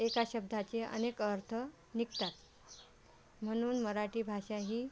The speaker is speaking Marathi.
एका शब्दाचे अनेक अर्थ निघतात म्हणून मराठी भाषा ही